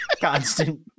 Constant